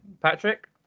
Patrick